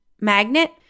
magnet